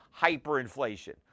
hyperinflation